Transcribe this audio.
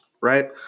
Right